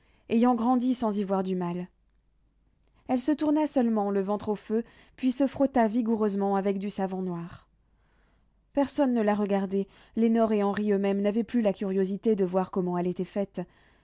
ayant grandi sans y voir du mal elle se tourna seulement le ventre au feu puis se frotta vigoureusement avec du savon noir personne ne la regardait lénore et henri eux-mêmes n'avaient plus la curiosité de voir comment elle était faite